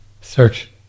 Search